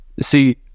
See